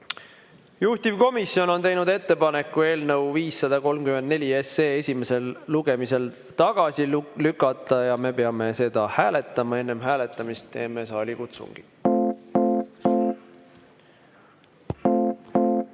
Juhtivkomisjon on teinud ettepaneku eelnõu 534 esimesel lugemisel tagasi lükata ja me peame seda hääletama. Enne hääletamist teeme saalikutsungi. Head